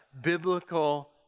biblical